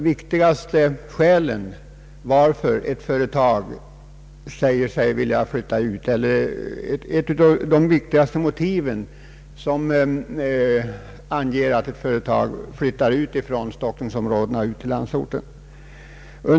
Tillgången på arbetskraft är ett av de viktigaste motiven till att företag kan förmås att flytta från stockningsområdena ut till landsorten.